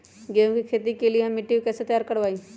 गेंहू की खेती के लिए हम मिट्टी के कैसे तैयार करवाई?